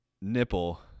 Nipple